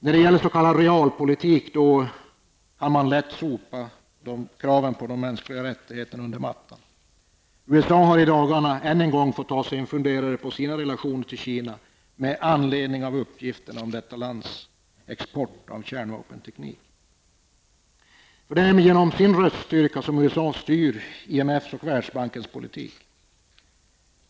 När det gäller s.k. realpolitik kan man lätt sopa kraven på mänskliga rättigheter under mattan. USA har i dagarna än en gång fått ta sig en funderare på sina relationer till Det är genom sin röststyrka som USA styr IMFs och Världsbankens politik.